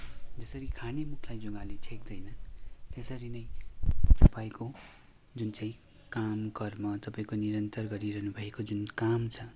जसरी खाने मुखलाई जुङ्गाले छेक्दैन त्यसरी नै तपाईँको जुन चाहिँ काम कर्म तपाईँको निरन्तर गरिरहनु भएको जुन काम छ